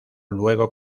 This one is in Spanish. luego